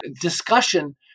discussion